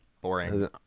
boring